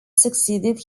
succeeded